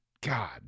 God